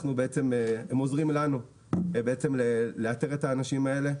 הם עוזרים לנו לאתר את האנשים האלה,